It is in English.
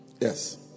Yes